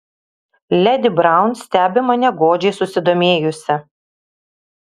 ledi braun stebi mane godžiai susidomėjusi